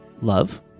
love